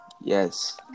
Yes